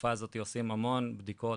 ובתקופה הזאת עושים המון בדיקות,